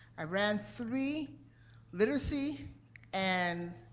i ran three literacy and